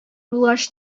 булгач